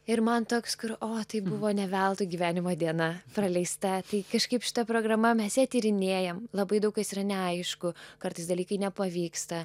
ir man toks kur o tai buvo ne veltui gyvenimo diena praleista tai kažkaip šita programa mes tyrinėjame labai daug kas yra neaišku kartais dalykai nepavyksta